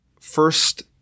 first